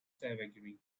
savagery